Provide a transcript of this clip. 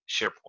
SharePoint